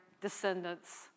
descendants